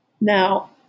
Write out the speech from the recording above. Now